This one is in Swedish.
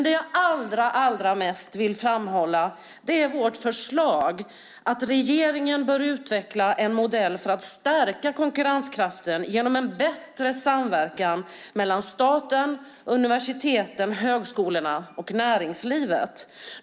Det jag emellertid allra mest vill framhålla är vårt förslag att regeringen bör utveckla en modell för att stärka konkurrenskraften genom en bättre samverkan mellan staten, universiteten, högskolorna och näringslivet.